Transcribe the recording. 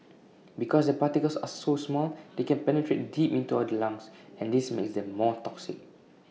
because the particles are so small they can penetrate deep into all the lungs and this makes them more toxic